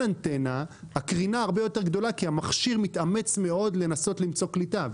אנטנה הקרינה הרבה יותר גדולה כי המכשיר מתאמץ מאוד לנסות למצוא קליטה,